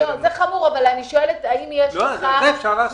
לא מבין מה את עושה פה.